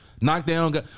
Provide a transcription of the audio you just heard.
Knockdown